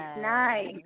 nice